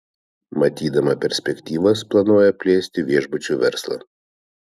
matydama perspektyvas planuoja plėsti viešbučių verslą